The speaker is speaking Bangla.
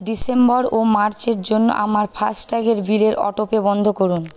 ডিসেম্বর ও মার্চের জন্য আমার ফাস্ট্যাগের বিলের অটোপে বন্ধ করুন